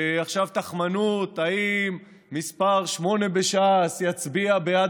בתחמנות: האם מספר שמונה בש"ס יצביע בעד